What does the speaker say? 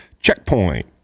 checkpoint